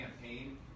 campaign